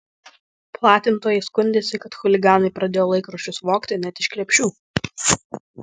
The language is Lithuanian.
platintojai skundėsi kad chuliganai pradėjo laikraščius vogti net iš krepšių